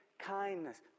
kindness